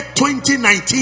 2019